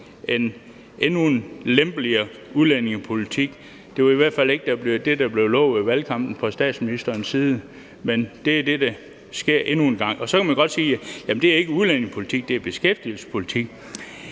endnu lempeligere udlændingepolitik. Det var i hvert fald ikke det, der blev lovet i valgkampen fra statsministerens side, men det er det, der sker endnu en gang. Og så kan man godt sige: Jamen det er ikke udlændingepolitik, det er beskæftigelsespolitik.